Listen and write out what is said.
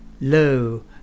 lo